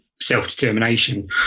self-determination